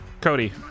cody